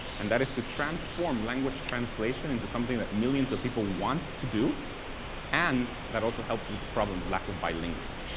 and that is to transform language translation into something that millions of people want to do and that also helps with the problem of a lack of bilinguals.